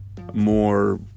more